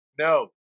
No